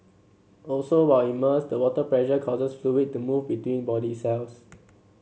also while immersed the water pressure causes fluid to move between body cells